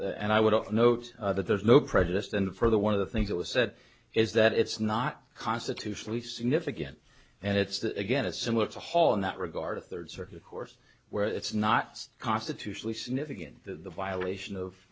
and i would often note that there's no prejudiced and further one of the things that was said is that it's not constitutionally significant and it's that again a similar to haul in that regard a third circuit course where it's not constitutionally significant the violation of